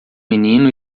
menino